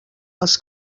els